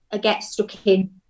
get-stuck-in